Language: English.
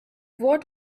what